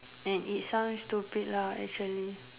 and it sounds stupid lah actually